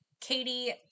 Katie